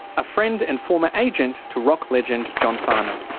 a friend and former agent to rock legend john farnham.